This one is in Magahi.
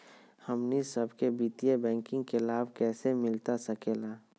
हमनी सबके वित्तीय बैंकिंग के लाभ कैसे मिलता सके ला?